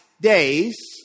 days